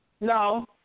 No